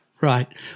Right